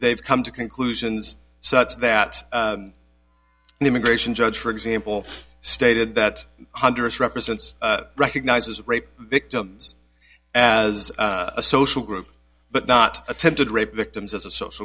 they've come to conclusions such that an immigration judge for example stated that hundreds represents recognizes rape victims as a social group but not attempted rape victims as a social